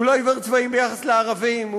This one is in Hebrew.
הוא לא עיוור צבעים ביחס לערבים,